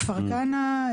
כפר כנא,